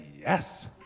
yes